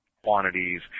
Quantities